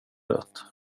dött